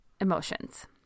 emotions